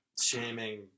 shaming